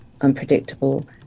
unpredictable